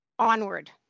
onward